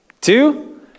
Two